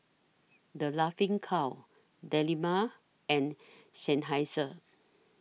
The Laughing Cow Dilmah and Seinheiser